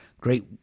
great